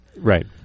Right